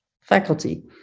faculty